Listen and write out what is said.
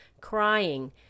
crying